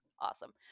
Awesome